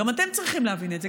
גם אתם צריכים להבין את זה.